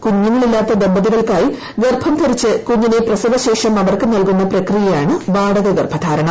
കുഞ്ഞുങ്ങളില്ലാത്ത ദമ്പതികൾക്കായി ഗർഭം ധരിച്ച് കുഞ്ഞിനെ പ്രസവശേഷം അവർക്ക് നൽകുന്ന പ്രക്രിയയാണ് വാടക ഗർഭധാരണം